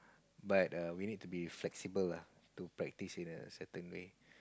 but err we need to be flexible ah to practice in a certain way